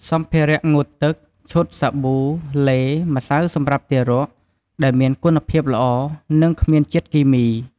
សម្ភារៈងូតទឹក ឈុតសាប៊ូ ឡេ ម្សៅសម្រាប់ទារក ដែលមានគុណភាពល្អ និងគ្មានជាតិគីមី។